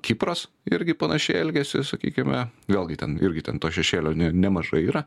kipras irgi panašiai elgiasi sakykime vėlgi ten irgi ten to šešėlio nemažai yra